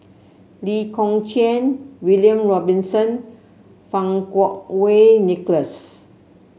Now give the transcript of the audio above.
Lee Kong Chian William Robinson Fang Kuo Wei Nicholas